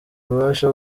ububasha